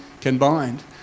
combined